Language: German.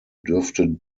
dürfte